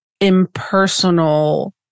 impersonal